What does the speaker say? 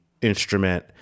instrument